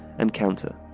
and counter.